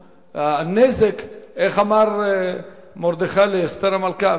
שהנזק - איך אמר מרדכי לאסתר המלכה?